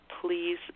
please